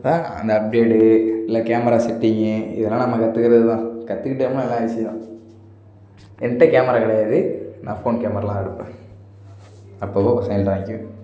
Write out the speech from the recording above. ஆனால் அந்த அப்டேட்டு இல்லை கேமரா செட்டிங்கு இதெல்லாம் நம்ம கற்றுக்கிறது தான் கற்றுக்கிட்டோம்னா எல்லாம் ஈஸி தான் என்கிட்ட கேமரா கிடையாது நான் ஃபோன் கேமராவில் தான் எடுப்பேன் அப்பப்போ பசங்கள்கிட்ட வாங்கிக்குவேன்